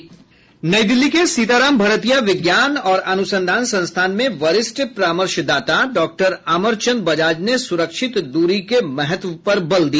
नई दिल्ली के सीताराम भरतिया विज्ञान और अनुसंधान संस्थान में वरिष्ठ परामर्शदाता डॉक्टर अमरचन्द बजाज ने सुरक्षित दूरी के महत्व पर बल दिया